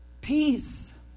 Peace